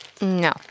No